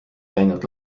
käinud